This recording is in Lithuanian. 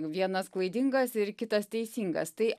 vienas klaidingas ir kitas teisingas tai